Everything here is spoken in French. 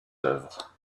œuvres